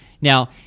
now